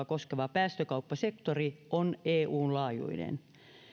koskeva päästökauppasektori on eun laajuinen